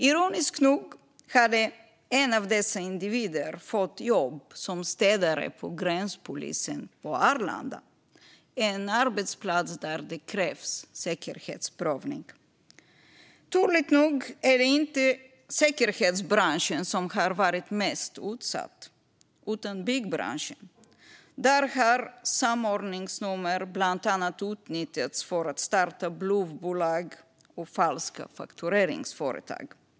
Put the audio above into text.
Ironiskt nog hade en av dessa individer fått jobb som städare hos gränspolisen på Arlanda. Det är en arbetsplats där det krävs säkerhetsprövning. Turligt nog är det inte säkerhetsbranschen som har varit mest utsatt, utan det är byggbranschen. Där har samordningsnummer bland annat utnyttjats för att starta bluffbolag och falska faktureringsföretag.